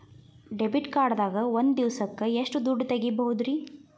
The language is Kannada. ಡೆಬಿಟ್ ಕಾರ್ಡ್ ದಾಗ ಒಂದ್ ದಿವಸಕ್ಕ ಎಷ್ಟು ದುಡ್ಡ ತೆಗಿಬಹುದ್ರಿ?